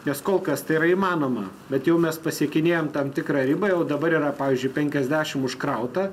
nes kol kas tai yra įmanoma bet jau mes pasiekinėjam tam tikrą ribą jau dabar yra pavyzdžiui penkiasdešim užkrauta